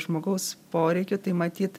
žmogaus poreikių tai matyt